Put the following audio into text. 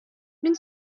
мин